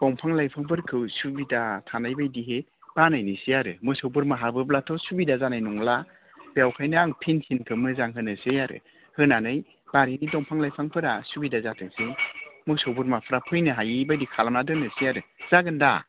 बिफां लाइफांफोरखौ सुबिदा थानाय बायदिहै बानायनोसै आरो मोसौ बोरमा हाबोब्लाथ' सुबिदा जानाय नंला बेवहायनो आं फिनसिन मोजां होनोसै आरो होनानै बारिनि दंफां लाइफांफोरा सुबिदा जाथोंसै मोसौ बोरमाफ्रा फैनो हायै बायदि खालामना दोननोसै आरो जागोन दा